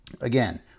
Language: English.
Again